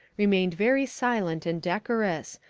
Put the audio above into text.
remained very silent and decorous,